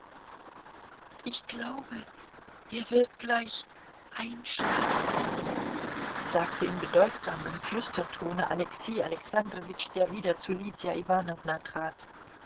ich glaube er wird gleich einschlafen sagte in bedeutsamem flüstertone alexei alexandrowitsch der wieder zu lydia iwanowna trat